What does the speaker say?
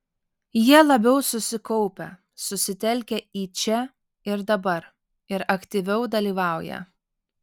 jie labiau susikaupę susitelkę į čia ir dabar ir aktyviau dalyvauja